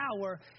power